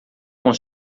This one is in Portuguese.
com